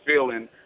feeling